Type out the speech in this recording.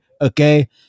Okay